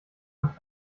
nach